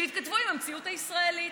שיתכתבו עם המציאות הישראלית.